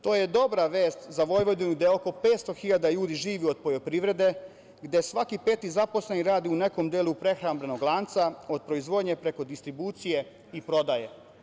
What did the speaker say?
To je dobra vest za Vojvodinu, gde oko 500.000 ljudi živi od poljoprivrede, gde svaki peti zaposleni radi u nekom delu prehrambenog lanca od proizvodnje preko distribucije i prodaje.